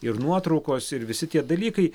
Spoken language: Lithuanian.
ir nuotraukos ir visi tie dalykai